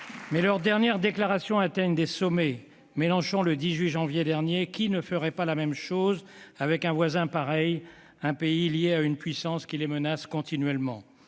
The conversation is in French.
Mais leurs dernières déclarations atteignent des sommets. Mélenchon a ainsi déclaré le 18 janvier dernier :« Qui ne ferait pas la même chose avec un voisin pareil, un pays lié à une puissance qui les menace continuellement ?